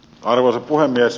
arvoisa puhemies